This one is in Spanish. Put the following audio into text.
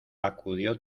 acudió